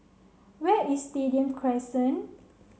where is Stadium Crescent